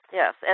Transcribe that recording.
yes